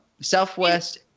southwest